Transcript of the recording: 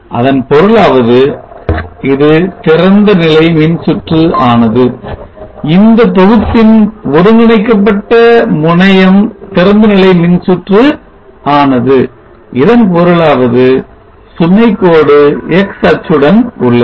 இதன் பொருளாவது இது திறந்தநிலை மின்சுற்று ஆனது இந்த தொகுப்பின் ஒருங்கிணைக்கப்பட்ட முனையம் திறந்தநிலை மின்சுற்று ஆனது இதன் பொருளாவது சுமை கோடு x அச்சுடன் உள்ளது